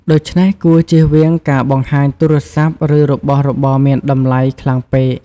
ដូច្នេះគួរជៀសវាងការបង្ហាញទូរស័ព្ទ ឬរបស់របរមានតម្លៃខ្លាំងពេក។